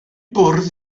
bwrdd